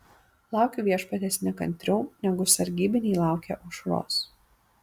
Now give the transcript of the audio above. laukiu viešpaties nekantriau negu sargybiniai laukia aušros